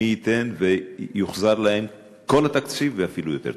מי ייתן ויוחזר להם כל התקציב, ואפילו יותר.